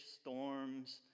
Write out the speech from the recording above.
storms